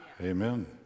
Amen